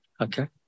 okay